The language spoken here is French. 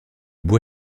bois